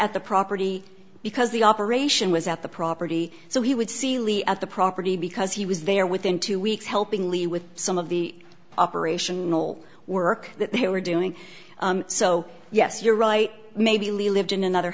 at the property because the operation was at the property so he would see lee at the property because he was there within two weeks helping lee with some of the operational work that they were doing so yes you're right maybe lee lived in another